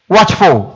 Watchful